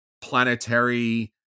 planetary